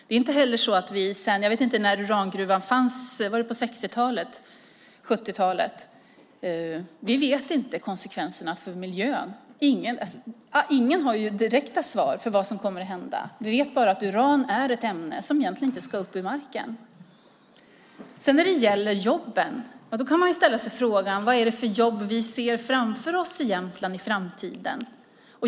Det är inte heller så att vi känner till konsekvenserna för miljön efter urangruvan som fanns på 70-talet. Ingen har direkta svar för vad som kommer att hända. Vi vet bara att uran är ett ämne som egentligen inte ska upp ur marken. När det gäller jobben kan man ställa sig frågan vad det är för jobb som vi ser framför oss i Jämtland i framtiden.